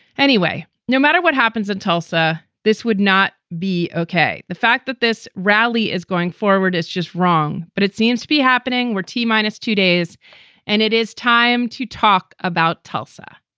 anyway, no matter what happens in tulsa, this would not be ok. the fact that this rally is going forward is just wrong, but it seems to be happening where t minus two days and it is time to talk about tulsa.